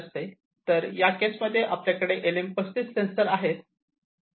तर या केसमध्ये आपल्याकडे LM35 सेन्सर आहे